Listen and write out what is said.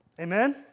Amen